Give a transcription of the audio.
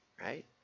right